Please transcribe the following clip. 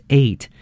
eight